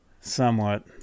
somewhat